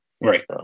Right